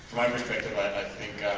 my perspective i mean